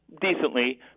decently